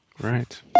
Right